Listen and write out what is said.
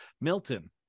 Milton